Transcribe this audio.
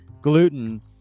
gluten